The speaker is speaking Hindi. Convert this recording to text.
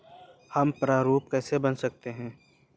हम प्रारूप कैसे बना सकते हैं?